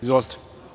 Izvolite.